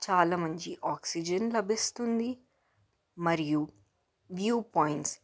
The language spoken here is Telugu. చాలా మంచి ఆక్సిజన్ లభిస్తుంది మరియు వ్యూ పాయింట్స్